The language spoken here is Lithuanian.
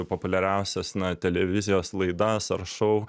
populiariausias na televizijos laidas ar šou